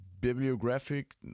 bibliographic